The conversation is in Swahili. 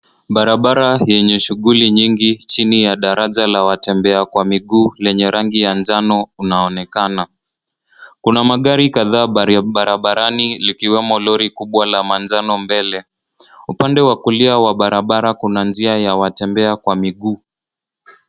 Barabara yenye shughuli nyingi, chini ya daraja la watembea kwa miguu lenye rangi ya njano, unaonekana. Kuna magari kadhaa barabarani likiwemo lori kubwa la manjano mbele. Upande wa kulia wa barabara, kuna njia ya watembea wa miguu.